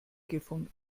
gefunden